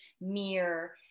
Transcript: mirror